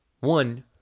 One